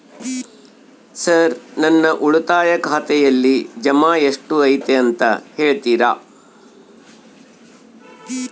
Sir ನನ್ನ ಉಳಿತಾಯ ಖಾತೆಯಲ್ಲಿ ಜಮಾ ಎಷ್ಟು ಐತಿ ಅಂತ ಹೇಳ್ತೇರಾ?